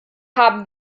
haben